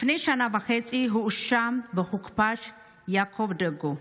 לפני שנה וחצי הואשם והוכפש יעקב דגו,